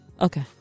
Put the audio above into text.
Okay